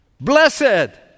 Blessed